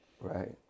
Right